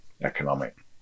economic